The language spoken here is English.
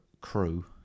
crew